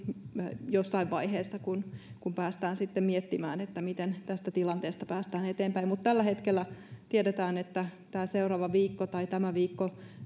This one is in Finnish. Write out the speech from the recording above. sitten jossain vaiheessa kun toivottavasti päästään miettimään miten tästä tilanteesta päästään eteenpäin tällä hetkellä tiedetään että tämä seuraava viikko